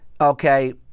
okay